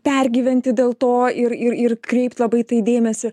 pergyventi dėl to ir ir ir kreipt labai tai dėmesį